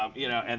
um you know? and